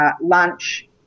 lunch